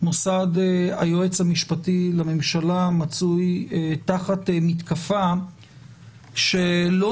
מוסד היועץ המשפטי לממשלה מצוי תחת מתקפה שלא